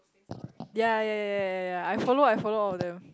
ya ya ya ya ya ya I follow I follow all of them